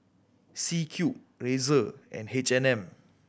C Cube Razer and H and M